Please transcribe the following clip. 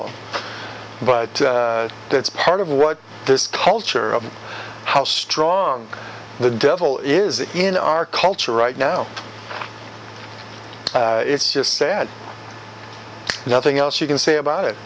them but that's part of what this culture of how strong the devil is in our culture right now it's just sad nothing else you can say about it